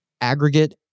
aggregate